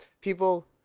People